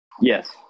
Yes